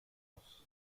oss